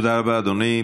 תודה רבה, אדוני.